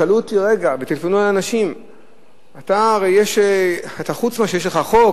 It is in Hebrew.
שאלו אותי וטלפנו אלי אנשים ואמרו: חוץ מזה שיש לך חוק,